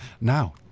Now